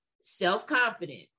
self-confident